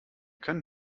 können